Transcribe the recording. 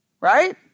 Right